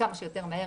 כמה שיותר מהר.